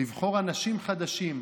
לבחור אנשים חדשים,